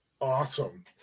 Awesome